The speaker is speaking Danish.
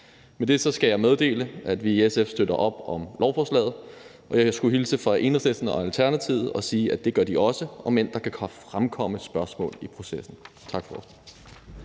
Med det skal jeg meddele, at vi i SF støtter op om lovforslaget. Jeg skulle hilse fra Enhedslisten og Alternativet og sige, at det gør de også, om end der kan fremkomme spørgsmål i processen. Tak for